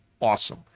awesome